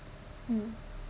mm